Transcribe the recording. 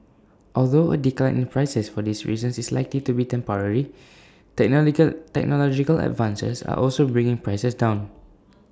although A decline in prices for these reasons is likely to be temporary technological advances are also bringing prices down